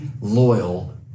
loyal